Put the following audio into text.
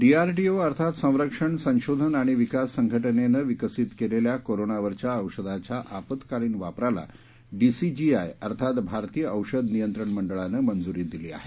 DRDO अर्थात संरक्षण संशोधन आणि विकास संघटनेनं विकसित केलेल्या कोरोनावरच्या औषधाच्या आपत्कालीन वापराला डीसीजीआय अर्थात भारतीय औषध नियंत्रण मंडळानं मंजुरी दिली आहे